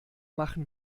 machen